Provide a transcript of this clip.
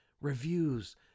reviews